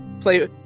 Play